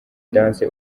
dance